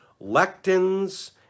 lectins